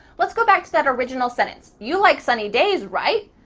let's go back to that original sentence, you like sunny days right?